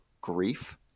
grief